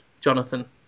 Jonathan